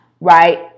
right